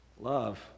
Love